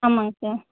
ஆமாங்க சார்